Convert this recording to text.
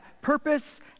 purpose